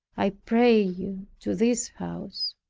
i pray you, to this house.